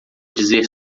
dizer